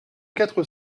quatre